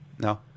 No